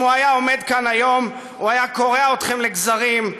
אם הוא היה עומד כאן היום הוא היה קורע אתכם לגזרים,